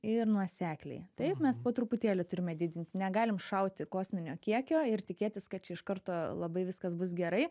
ir nuosekliai taip mes po truputėlį turime didinti negalim šauti kosminio kiekio ir tikėtis kad čia iš karto labai viskas bus gerai